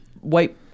white